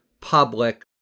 public